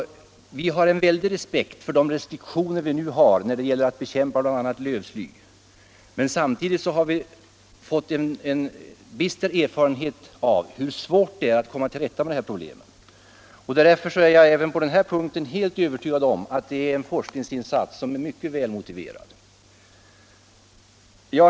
Vi har en stor respekt för nuvarande restriktioner när det gäller att bekämpa bl.a. lövsly, men samtidigt har vi fått en bister erfarenhet av hur svårt det är att komma till rätta med dessa problem. Därför är jag helt övertygad om att det även på den här punkten gäller en forskningsinsats som är mycket välmotiverad.